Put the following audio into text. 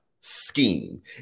scheme